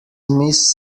miss